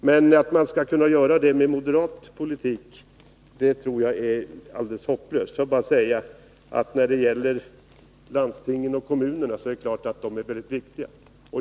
Men att göra det med moderat politik tror jag är alldeles hopplöst. Det är klart att landstingen och kommunerna är mycket viktiga.